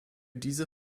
diese